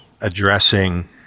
addressing